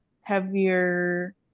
heavier